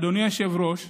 אדוני היושב-ראש,